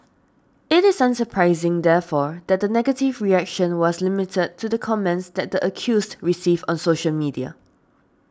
it is unsurprising therefore that the negative reaction was limited to the comments that accuse receive on social media